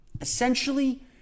Essentially